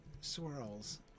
Swirls